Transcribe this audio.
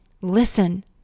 listen